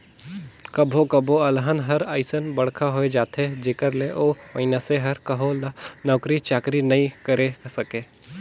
कभो कभो अलहन हर अइसन बड़खा होए जाथे जेखर ले ओ मइनसे हर कहो ल नउकरी चाकरी नइ करे सके